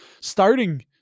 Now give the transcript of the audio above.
Starting